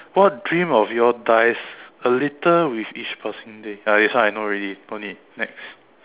what dream of yours dies a little with each passing day ah this one I know already don't need next